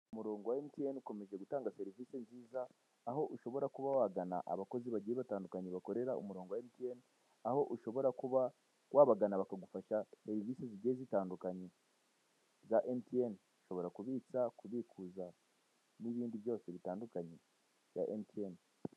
Umurongo wa MTN bukomeje gutanga serivise nziza ,aho ushobora kuba wagana abakozi bagiye batandukanye bakorera umurongo wa MTN.Aho ushobora kuba wabagana bakagufasha serivise zigiye zitandukanye za MTN.Ushobora kubitsa, kubikuza ndetse n'ibindi byose bitandukanye za MTN.